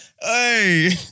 hey